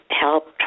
helped